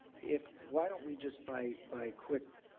if, why don't we just buy, buy quick